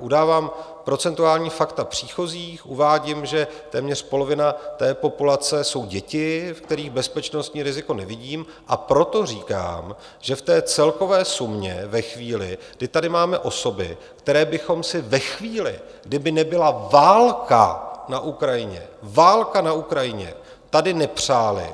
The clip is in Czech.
Udávám procentuální fakta příchozích, uvádím, že téměř polovina té populace jsou děti, u kterých bezpečnostní riziko nevidím, a proto říkám, že v té celkové sumě ve chvíli, kdy tady máme osoby, které bychom si ve chvíli, kdyby nebyla válka na Ukrajině, válka na Ukrajině, tady nepřáli,